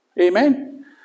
Amen